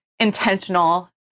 Intentional